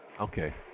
Okay